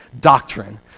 Doctrine